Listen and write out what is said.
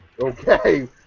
Okay